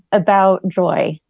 about joy.